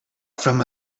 from